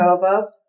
Nova